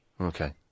Okay